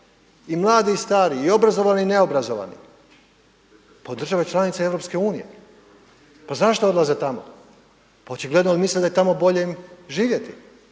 i mladi i stari, i obrazovani i neobrazovani? Pa u države članice Europske unije. Pa zašto odlaze tamo? Pa očigledno jer misle da je tamo bolje im živjeti.